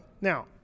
Now